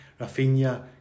Rafinha